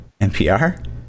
NPR